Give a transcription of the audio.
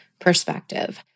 perspective